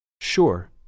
Sure